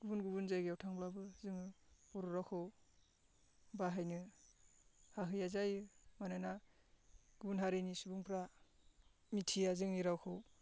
गुुबुुन गुबुन जायगायाव थांब्लाबो जोङो बर' रावखौ बाहायनो हाहैया जायो मानोना गुबुन हारिनि सुबुंफ्रा मिथिया जोंनि रावखौ